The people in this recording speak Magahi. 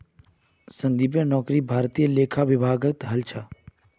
संदीपेर नौकरी भारतीय लेखा विभागत हल छ